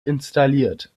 installiert